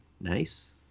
nice